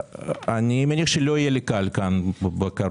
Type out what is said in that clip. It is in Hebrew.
אני מניח שלא יהיה לי קל כאן בקרוב,